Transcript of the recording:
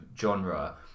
genre